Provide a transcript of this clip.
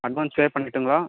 advance pay பண்ணிடட்டுங்களா